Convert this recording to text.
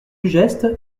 geste